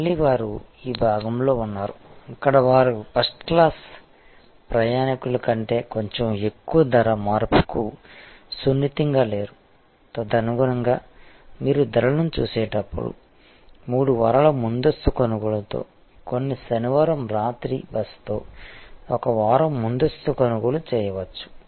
మళ్ళీ వారు ఈ భాగంలో ఉన్నారు ఇక్కడ వారు ఫస్ట్ క్లాస్ ప్రయాణికుల కంటే కొంచెం ఎక్కువ ధర మార్పుకు సున్నితంగా లేరు తదనుగుణంగా మీరు ధరలను చూసేటప్పుడు 3 వారాల ముందస్తు కొనుగోలుతో కొన్ని శనివారం రాత్రి బసతో ఒక వారం ముందస్తు కొనుగోలు చేయవచ్చు